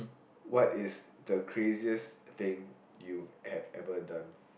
what is the craziest thing you have ever done